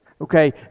Okay